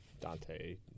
Dante